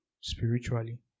spiritually